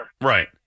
Right